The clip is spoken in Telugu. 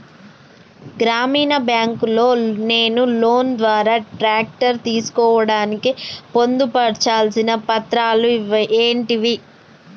గ్రామీణ బ్యాంక్ లో నేను లోన్ ద్వారా ట్రాక్టర్ తీసుకోవడానికి పొందు పర్చాల్సిన పత్రాలు ఏంటివి?